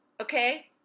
okay